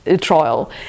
trial